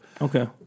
Okay